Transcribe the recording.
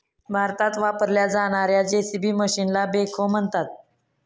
भारतात वापरल्या जाणार्या जे.सी.बी मशीनला बेखो म्हणतात